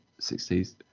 60s